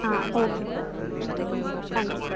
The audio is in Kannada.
ಹಾಂ ಓಕೆ ಸರ್ ತ್ಯಾಂಕ್ ಯು